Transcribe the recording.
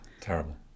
terrible